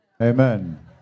Amen